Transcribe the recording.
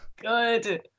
good